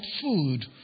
food